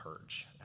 purge